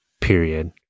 period